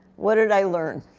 what did i learn?